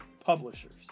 publishers